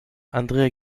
andrea